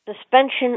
Suspension